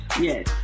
Yes